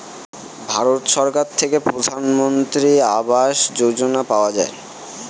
ভারত সরকার থেকে প্রধানমন্ত্রী আবাস যোজনা পাওয়া যায়